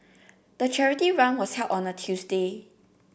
the charity run was held on a Tuesday